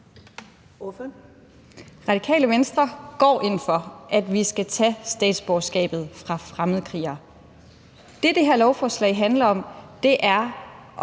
Radikale Venstre går ind for, at vi skal tage statsborgerskabet fra fremmedkrigere. Det, det handler om i